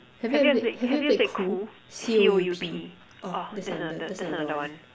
have you ever played have you played coup C O U P oh that's another that's another one